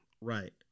Right